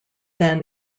then